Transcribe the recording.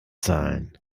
zahlen